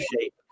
shape